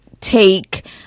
take